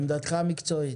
עמדתך המקצועית.